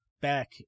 back